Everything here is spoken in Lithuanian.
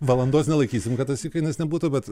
valandos nelaikysim kad tas įkainis nebūtų bet